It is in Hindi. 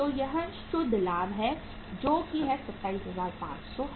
तो यह शुद्ध लाभ है जो 27500 है